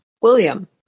William